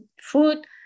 food